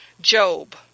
Job